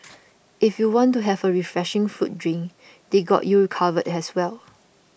if you want to have a refreshing fruit drink they got you covered as well